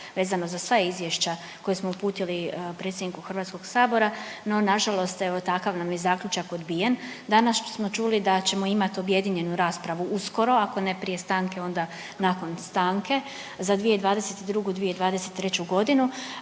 vezano za sva izvješća koje smo uputili predsjedniku HS-a no nažalost evo takav nam je zaključak odbijen. Danas smo čuli da ćemo imat objedinjenu raspravu uskoro, ako ne prije stanke onda nakon stanke za 2022., 2023. godinu.